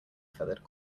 feathered